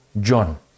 John